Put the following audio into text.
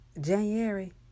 January